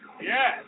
Yes